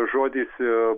žodis e